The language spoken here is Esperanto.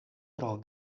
pro